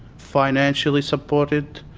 financially supported.